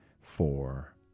four